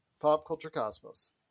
PopCultureCosmos